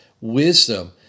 wisdom